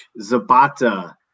Zabata